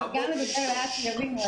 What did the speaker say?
אבל גם לדבר לאט כדי שיבינו.